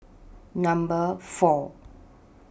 Number four